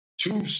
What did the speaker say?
two